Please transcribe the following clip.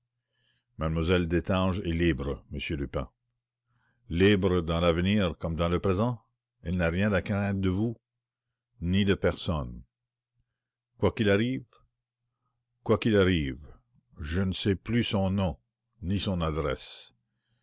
m lle destange est libre m lupin libre dans l'avenir comme dans le l'arrivée de l'ascenseur présent elle n'a rien à craindre de vous ni de personne quoi qu'il arrive quoi qu'il arrive je ne sais plus son nom ni son adresse